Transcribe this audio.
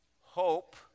hope